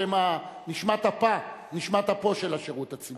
שהן נשמת אפו של השירות הציבורי?